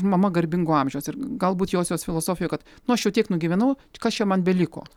mama garbingo amžiaus ir galbūt josios filosofija kad nu aš jau tiek nugyvenau kas čia man beliko